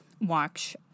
watch